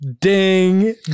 ding